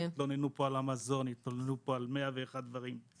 התלוננו על המזון, ועד עוד הרבה דברים.